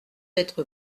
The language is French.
être